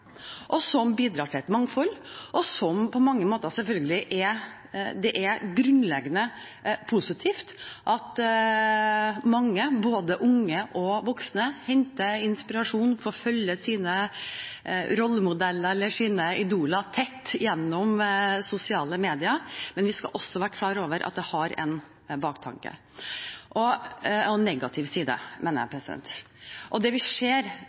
og som bidrar til et mangfold. Det er selvfølgelig på mange måter grunnleggende positivt at mange, både unge og voksne, henter inspirasjon, får følge sine rollemodeller eller sine idoler tett gjennom sosiale medier, men vi skal også være klar over at det har en negativ side. Det vi ser, og som vi også så på møtet i går da vi